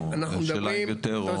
השאלה אם יותר או פחות.